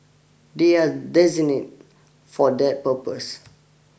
they are designate for that purpose